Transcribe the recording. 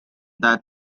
that